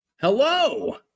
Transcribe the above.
Hello